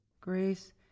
Grace